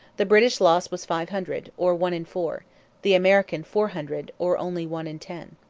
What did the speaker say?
the british loss was five hundred, or one in four the american four hundred, or only one in ten.